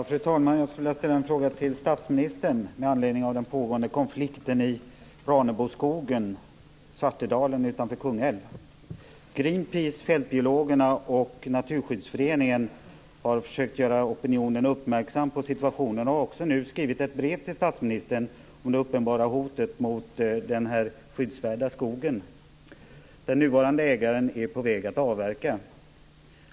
Fru talman! Jag skulle vilja ställa en fråga till statsministern med anledning av den pågående konflikten i Raneboskogen, Svartedalen, utanför Kungälv. Greenpeace, Fältbiologerna och Naturskyddsföreningen har försökt göra opinionen uppmärksam på situationen och har skrivit brev till statsministern om det uppenbara hotet mot den skyddsvärda skogen. Den nuvarande ägaren är på väg att avverka.